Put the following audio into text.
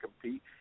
compete